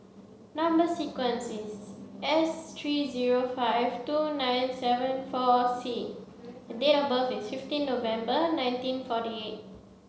number sequence is S three zero five two nine seven four C and date of birth is fifteen November nineteen forty eight